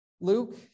Luke